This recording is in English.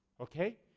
Okay